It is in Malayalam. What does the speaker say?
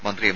മന്ത്രി എം